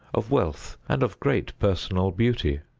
of wealth, and of great personal beauty.